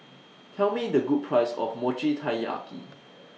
Tell Me The Price of Mochi Taiyaki